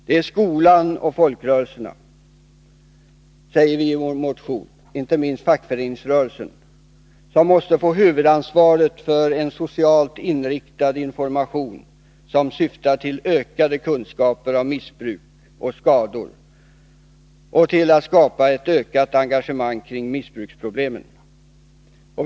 Det är skolan och folkrörelserna, säger vi i vår motion, inte minst fackföreningsrö Nr 153 relsen, som måste få huvudansvaret för en socialt inriktad information, som syftar till ökade kunskaper om missbruk och skador och till att skapa ett ökat engagemang kring missbruksproblemen.